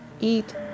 eat